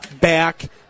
back